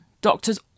doctors